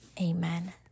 amen